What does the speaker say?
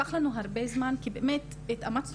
לקח לנו הרבה זמן כי באמת התאמצנו.